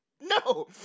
No